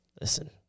listen